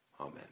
amen